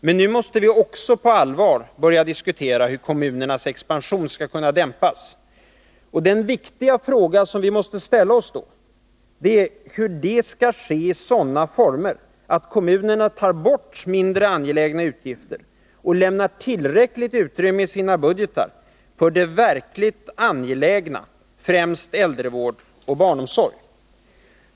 Men nu måste vi också på ringarna) allvar börja diskutera hur kommunernas expansion skall kunna dämpas, och den viktiga fråga som vi måste ställa oss då är hur det skall ske i sådana former att kommunerna tar bort mindre angelägna utgifter och lämnar tillräckligt utrymme i sina budgetar för det verkligt angelägna, främst äldrevård och barnomsorg.